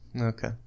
Okay